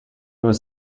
was